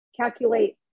calculate